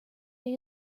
day